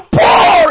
poor